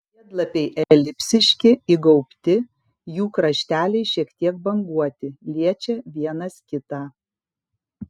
žiedlapiai elipsiški įgaubti jų krašteliai šiek tiek banguoti liečia vienas kitą